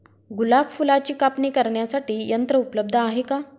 गुलाब फुलाची कापणी करण्यासाठी यंत्र उपलब्ध आहे का?